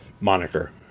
moniker